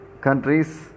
countries